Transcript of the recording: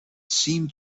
seemed